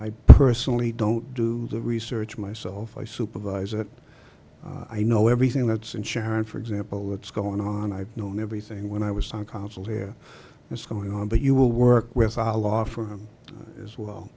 i personally don't do the research myself i supervise it i know everything that's in sharon for example what's going on i've known everything when i was on consul here it's going on but you will work with ah law for him as well